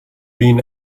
been